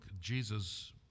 Jesus